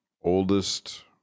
oldest